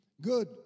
Good